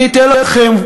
אני אגיד לכם,